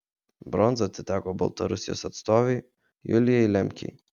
bronza atiteko baltarusijos atstovei julijai lemkei